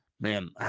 Man